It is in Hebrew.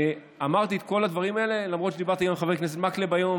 אמרתי את כל הדברים האלה למרות שדיברתי גם עם חבר הכנסת מקלב היום,